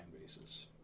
bases